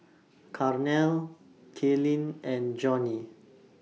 Carnell Kalyn and Johnie